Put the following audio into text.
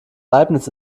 leibniz